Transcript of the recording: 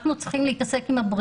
אנחנו צריכים להתעסק עם הבריאות.